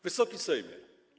Wysoki Sejmie!